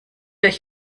euch